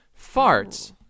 Farts